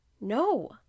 No